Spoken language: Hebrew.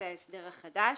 זה ההסדר החדש.